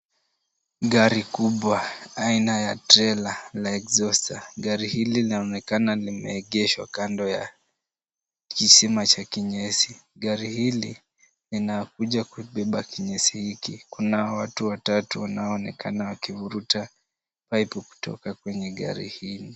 Gari kubwa aina ya trela la exhauster . Gari hili linaonekana limeegeshwa kando ya kisima cha kinyesi. Gari hili linakuja kubeba kinyesi hiki. Kuna watu watatu wanaoonekana wakivuruta paipu kutoka kwenye gari hili.